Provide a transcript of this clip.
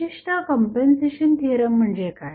विशेषतः compensation theorem म्हणजे काय